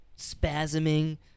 spasming